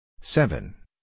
seven